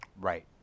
Right